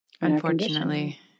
Unfortunately